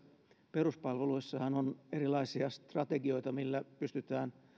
peruspalveluissahan on erilaisia strategioita millä pystytään